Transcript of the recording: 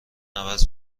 عوض